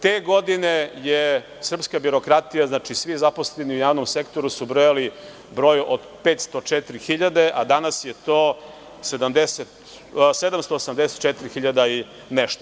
Te godine je srpska birokratija, svi zaposleni u javnom sektoru su brojali broj od 504.000, a danas je to 784 hiljada i nešto.